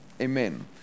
Amen